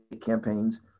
campaigns